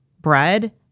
bread